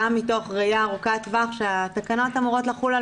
גם מתוך ראייה ארוכת טווח שהתקנות אמורות לחול על